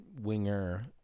winger –